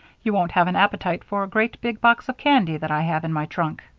you won't have an appetite for a great big box of candy that i have in my trunk.